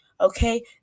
Okay